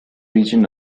region